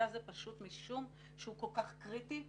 משום שהנושא הזה כל כך קריטי,